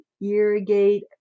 irrigate